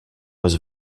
was